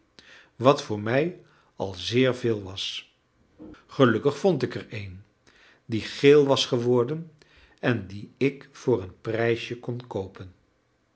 wat voor mij al zeer veel was gelukkig vond ik er een die geel was geworden en die ik voor een prijsje kon koopen